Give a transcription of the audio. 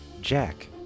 Jack